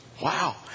Wow